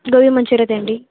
గోబీ మంచూరియా తెండి